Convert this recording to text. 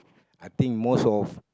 I think most of